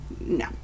No